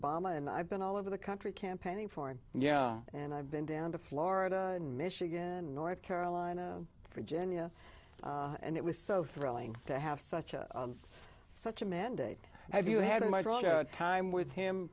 obama and i've been all over the country campaigning for him yeah and i've been down to florida and michigan and north carolina virginia and it was so thrilling to have such a such a mandate as you had in my time with him